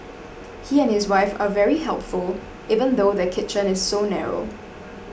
he and his wife are very helpful even though their kitchen is so narrow